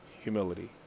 humility